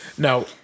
Now